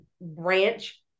branch